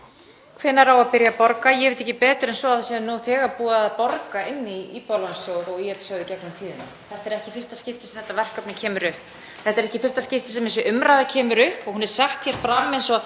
Hvenær á að byrja að borga? Ég veit ekki betur en svo að það sé nú þegar búið að borga inn í Íbúðalánasjóð og ÍL-sjóð í gegnum tíðina. Þetta er ekki í fyrsta skipti sem þetta verkefni kemur upp. Þetta er ekki í fyrsta skipti sem þessi umræða kemur upp og hún er sett fram eins og